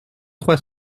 trois